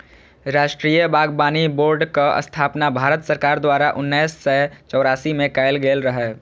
राष्ट्रीय बागबानी बोर्डक स्थापना भारत सरकार द्वारा उन्नैस सय चौरासी मे कैल गेल रहै